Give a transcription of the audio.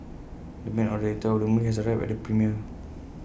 the main actor of the movie has arrived at the premiere